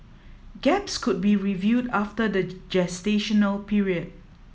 gaps could be reviewed after the gestational period